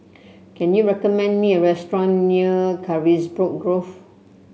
can you recommend me a restaurant near Carisbrooke Grove